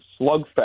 slugfest